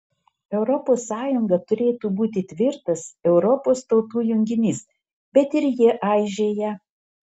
europos sąjunga turėtų būti tvirtas europos tautų junginys bet ir ji aižėja